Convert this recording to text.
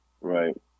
Right